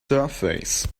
surface